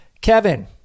Kevin